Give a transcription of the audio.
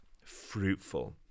fruitful